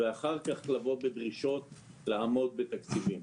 ואחר כך לבוא בדרישות לעמוד בתקציבים.